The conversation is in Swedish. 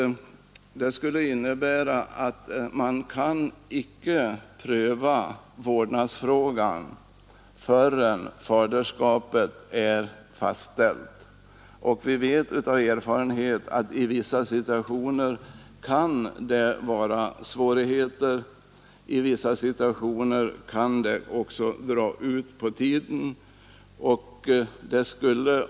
Det skulle nämligen innebära att vårdnadsfrågan inte kommer att kunna prövas förrän faderskapet är fastställt. Vi vet av erfarenhet att det i vissa situationer kan uppstå svårigheter när det gäller fastställande av faderskap och att det rättsförfarandet också kan dra ut på tiden.